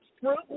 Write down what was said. Fruit